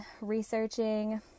researching